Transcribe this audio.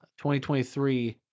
2023